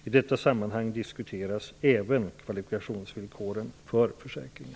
I detta sammanhang diskuteras även kvalifikationsvillkoren för försäkringen.